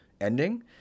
ending